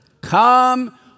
come